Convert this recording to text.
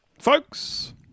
folks